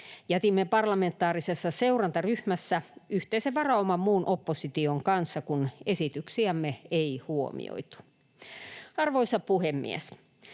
Jätimme parlamentaarisessa seurantaryhmässä yhteisen varauman muun opposition kanssa, kun esityksiämme ei huomioitu. Arvoisa puhemies!